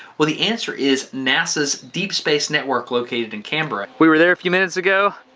well the answer is nasas deep space network located in canberra. we were there a few minutes ago,